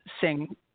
sing